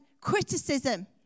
criticism